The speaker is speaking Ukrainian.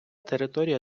територія